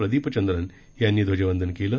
प्रदीपचंद्रन यांनी ध्वजवंदन केलं